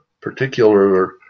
particular